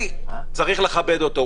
כי צריך לכבד אותו.